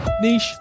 Niche